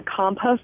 compost